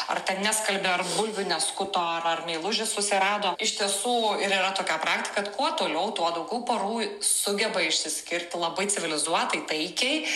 ar ten neskalbia ar bulvių neskuto ar ar meilužį susirado iš tiesų ir yra tokia praktika kad kuo toliau tuo daugiau porų sugeba išsiskirti labai civilizuotai taikiai